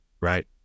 right